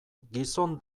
gizon